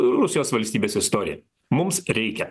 rusijos valstybės istoriją mums reikia